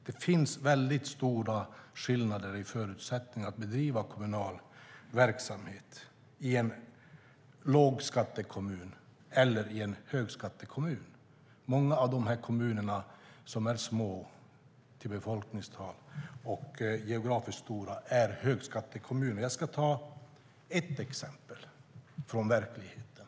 Det finns väldigt stora skillnader i förutsättningar att bedriva kommunal verksamhet i en lågskattekommun och i en högskattekommun. Många av kommunerna med låga befolkningstal som är geografiskt stora är högskattekommuner. Jag ska ta ett exempel från verkligheten.